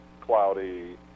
cloudy